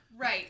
Right